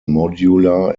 modular